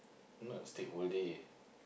not stick whole day